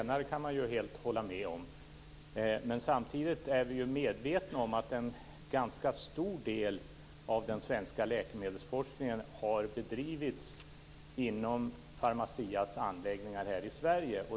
Fru talman! Det senare håller jag helt med om. Samtidigt är vi medvetna om att en ganska stor del av den svenska läkemedelsforskningen har bedrivits inom Pharmacias anläggningar här i Sverige.